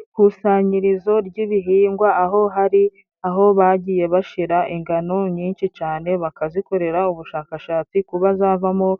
Ikusanyirizo ry'ibihingwa, aho hari aho bagiye bashira ingano nyinshi cane, bakazikorera ubushakashatsi kuba zavamo